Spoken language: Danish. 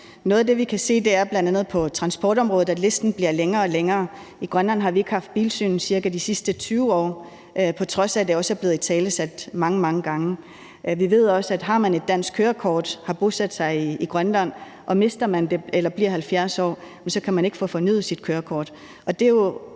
det, vi kan se, er, at listen på bl.a. transportområdet bliver længere og længere. I Grønland har vi ikke haft bilsyn cirka de sidste 20 år, på trods af at det også er blevet italesat mange, mange gange. Vi ved også, at har man et dansk kørekort, har bosat sig i Grønland, og mister man det, eller bliver man 70 år, så kan man ikke få fornyet sit kørekort.